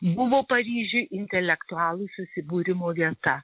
buvo paryžiuj intelektualų susibūrimo vieta